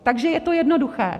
Takže je to jednoduché.